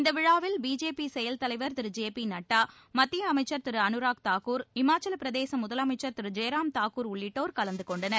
இந்த விழாவில் பிஜேபி செயல் தலைவர் திரு ஜே பி நட்டா மத்திய அமைச்சர் திரு அனுராக் தாக்கூர் இமாச்சலப்பிரதேச முதலமைச்சர் திரு ஜெய்ராம் தாக்கூர் உள்ளிட்டோர் கலந்துகொண்டனர்